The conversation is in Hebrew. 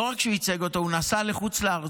לא רק שהוא ייצג אותו, הוא נסע לחוץ לארץ.